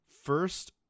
First